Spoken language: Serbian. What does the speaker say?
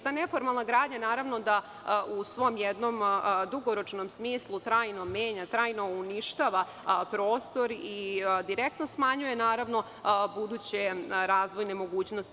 Ta neformalna gradnja naravno da u svom jednom dugoročnom smislu trajno menja, trajno uništava prostor i direktno smanjuje buduće razvojne mogućnosti.